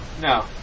No